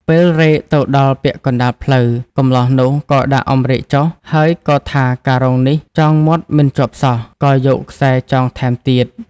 ពេលរែកទៅដល់ពាក់កណ្តាលផ្លូវ កម្លោះនោះក៏ដាក់អម្រែកចុះ ហើយក៏ថាការុងនេះចងមាត់មិនជាប់សោះ ក៏យកខ្សែចងថែមទៀត